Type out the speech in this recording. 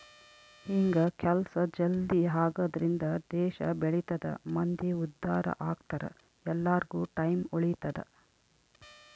ಹಿಂಗ ಕೆಲ್ಸ ಜಲ್ದೀ ಆಗದ್ರಿಂದ ದೇಶ ಬೆಳಿತದ ಮಂದಿ ಉದ್ದಾರ ಅಗ್ತರ ಎಲ್ಲಾರ್ಗು ಟೈಮ್ ಉಳಿತದ